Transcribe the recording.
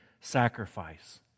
sacrifice